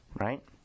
right